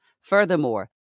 Furthermore